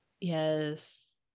Yes